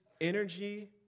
energy